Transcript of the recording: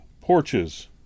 porches